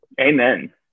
Amen